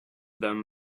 them